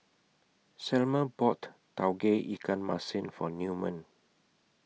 Selma bought Tauge Ikan Masin For Newman